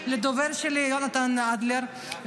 לדובר שלי יונתן אדלר,